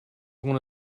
one